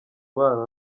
bana